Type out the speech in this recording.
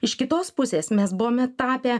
iš kitos pusės mes buvome tapę